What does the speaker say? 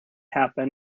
happen